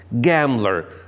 gambler